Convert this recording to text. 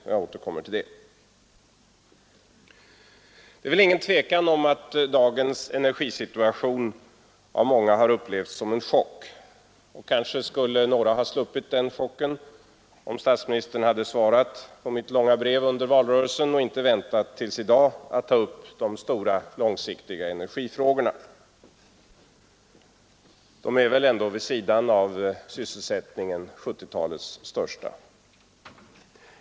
Jag återkommer till det. Det är väl inget tvivel om att dagens energisituation av många har upplevts som en chock. Kanske skulle några ha sluppit den chocken, om statsministern hade svarat på mitt långa brev under valrörelsen och inte väntat till i dag med att ta upp de stora långsiktiga energifrågorna. De är väl ändå vid sidan av sysselsättningen 1970-talets största.